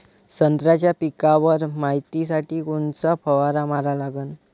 संत्र्याच्या पिकावर मायतीसाठी कोनचा फवारा मारा लागन?